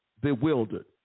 bewildered